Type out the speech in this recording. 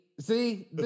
See